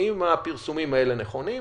האם הפרסומים האלה נכונים?